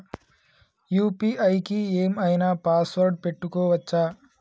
UPI కి ఏం ఐనా పాస్వర్డ్ పెట్టుకోవచ్చా?